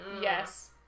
Yes